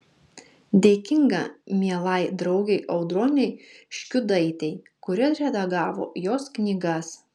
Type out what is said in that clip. dėkinga mielai draugei audronei škiudaitei kuri redagavo jos knygas